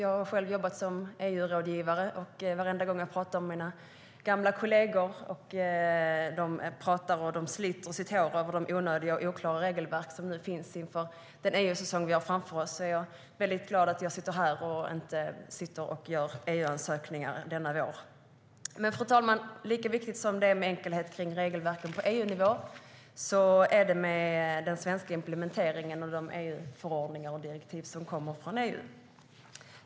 Jag har själv jobbat som EU-rådgivare, och varje gång jag pratar med mina gamla kolleger som sliter sitt hår över de onödiga och oklara regelverken inför den EU-säsong vi har framför oss är jag väldigt glad över att jag är här och inte sitter och gör EU-ansökningar denna vår. Fru talman! Lika viktigt som enkelhet kring regelverken på EU-nivå är den svenska implementeringen av EU:s förordningar och direktiv.